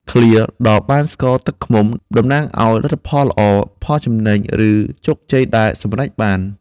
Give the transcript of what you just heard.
ឃ្លា «ដល់បានស្ករទឹកឃ្មុំ» តំណាងឱ្យលទ្ធផលល្អ ផលចំណេញ ឬជោគជ័យដែលសម្រេចបាន។